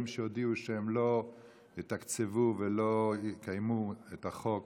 שהודיעו שהם לא יתקצבו ולא יקיימו את החוק